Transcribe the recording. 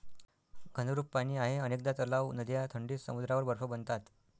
घनरूप पाणी आहे अनेकदा तलाव, नद्या थंडीत समुद्रावर बर्फ बनतात